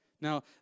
Now